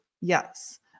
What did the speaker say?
Yes